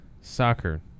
Soccer